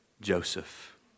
Joseph